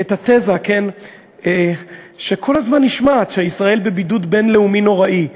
את התזה שכל הזמן נשמעת שישראל בבידוד בין-לאומי נוראי.